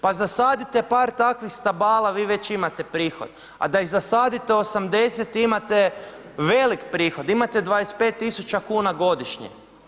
Pa zasadite par takvih stabala, vi već imate prihod, a da ih zasadite 80, imate velik prohod, imate 25 000 kuna godišnje.